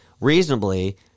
reasonably